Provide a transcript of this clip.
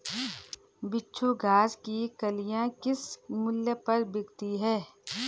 बिच्छू घास की कलियां किस मूल्य पर बिकती हैं?